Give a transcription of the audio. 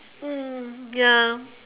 mm ya